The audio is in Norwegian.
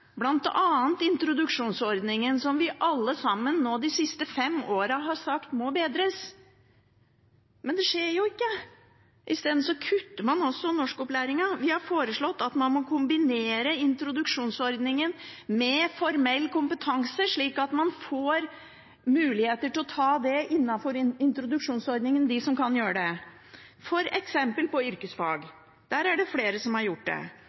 bl.a. introduksjonsordningen, som vi alle sammen de siste fem årene har sagt må bedres – men det skjer jo ikke. I stedet kutter man i norskopplæringen. Vi har foreslått at man må kombinere introduksjonsordningen med formell kompetanse, slik at de som kan gjøre det, får mulighet til å ta det innenfor introduksjonsordningen, f.eks. på yrkesfag. Der er det flere som har gjort det.